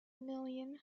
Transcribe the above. million